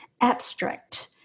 abstract